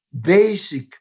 basic